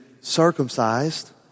circumcised